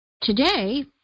Today